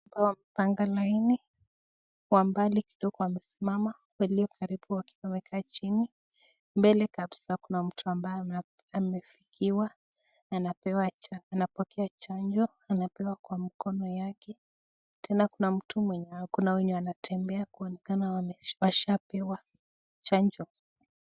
Hawa wamepanga laini, wa mbali kidogo wamesimama walio karibu wakiwa wamekaa chini, mbele kabisa kuna mtu ambaye amefikiwa, anapokea chanjo anapewa kwa mkono yake, tena kuna wenye wanatembea kuonyeshana wameshaapewa chanjo.